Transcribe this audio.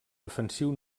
defensiu